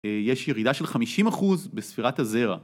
יש ירידה של 50% בספירת הזרע